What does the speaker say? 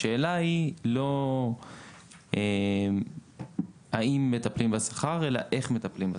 השאלה היא לא האם מטפלים בשכר אלא איך מטפלים בשכר,